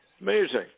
Amazing